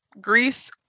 greece